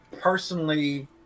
personally